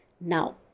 Now